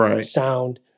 sound